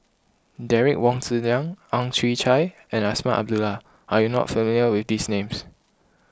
Derek Wong Zi Liang Ang Chwee Chai and Azman Abdullah are you not familiar with these names